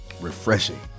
refreshing